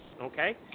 Okay